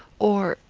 or,